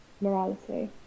morality